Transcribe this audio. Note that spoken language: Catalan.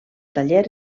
taller